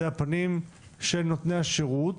זה הפנים של נותני השירות,